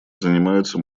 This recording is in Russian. занимаются